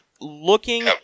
Looking